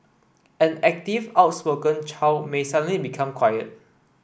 an active outspoken child may suddenly become quiet